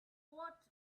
what